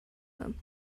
him